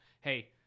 hey